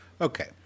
Okay